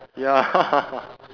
ya